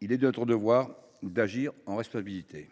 Il est de notre devoir d’agir en responsabilité.